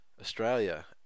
Australia